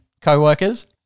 co-workers